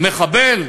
מחבל?